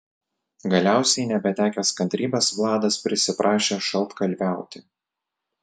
galiausiai nebetekęs kantrybės vladas prisiprašė šaltkalviauti